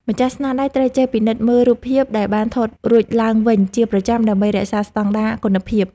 ម្ចាស់ស្នាដៃត្រូវចេះពិនិត្យមើលរូបភាពដែលបានថតរួចឡើងវិញជាប្រចាំដើម្បីរក្សាស្តង់ដារគុណភាព។